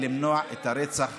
כדי למנוע את הרצח הבא.